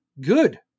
Good